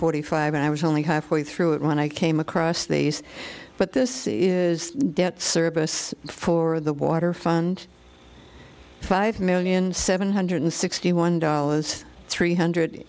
forty five and i was only half way through it when i came across these but this is the debt service for the water fund five million seven hundred sixty one dollars three hundred